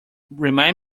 remind